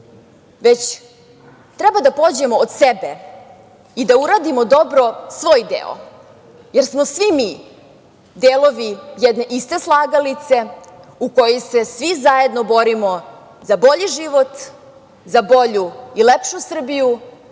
da treba da pođemo od sebe i da uradimo dobro svoj deo, jer smo svi mi delovi jedne iste slagalice u kojoj se svi zajedno borimo za bolji život, za bolju i lepšu Srbiju,